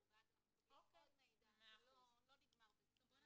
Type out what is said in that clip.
ואז אנחנו מקבלים עוד מידע זה לא נגמר בזה.